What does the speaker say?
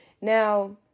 Now